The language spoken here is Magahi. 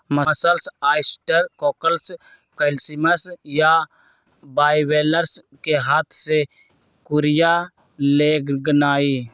मसल्स, ऑयस्टर, कॉकल्स, क्लैम्स आ बाइवलेव्स कें हाथ से कूरिया लगेनाइ